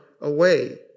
away